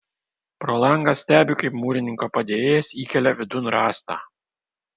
pro langą stebi kaip mūrininko padėjėjas įkelia vidun rąstą